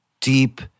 deep